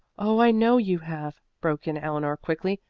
oh, i know you have, broke in eleanor quickly.